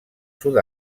sud